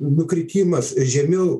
nukritimas žemiau